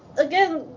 again,